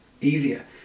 easier